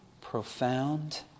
profound